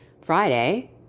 Friday